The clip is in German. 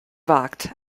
wagt